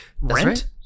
rent